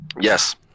Yes